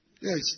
Yes